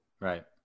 Right